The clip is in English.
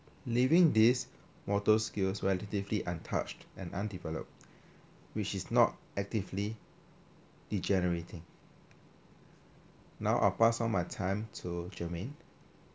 leaving this motor skills relatively untouched and undeveloped which is not actively degenerating now I pass on my time to germaine